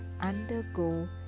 undergo